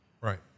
Right